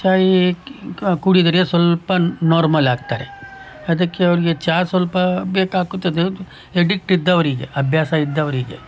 ಚಾಯ್ ಕುಡಿದರೆ ಸ್ವಲ್ಪ ನಾರ್ಮಲಾಗ್ತಾರೆ ಅದಕ್ಕೆ ಅವರಿಗೆ ಚಹಾ ಸ್ವಲ್ಪ ಬೇಕಾಗುತ್ತದೆ ಎಡಿಕ್ಟ್ ಇದ್ದವರಿಗೆ ಅಭ್ಯಾಸ ಇದ್ದವರಿಗೆ